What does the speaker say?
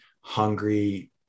hungry